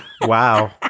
Wow